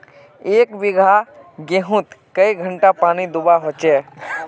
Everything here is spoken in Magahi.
एक बिगहा गेँहूत कई घंटा पानी दुबा होचए?